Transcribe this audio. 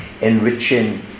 enriching